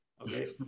okay